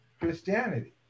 Christianity